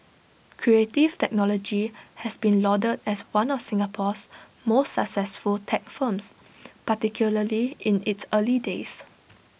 Creative Technology has been lauded as one of Singapore's most successful tech firms particularly in its early days